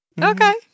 okay